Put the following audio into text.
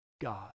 God